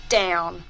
down